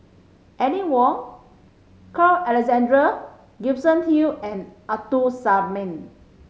Aline Wong Carl Alexander Gibson Hill and Abdul Samad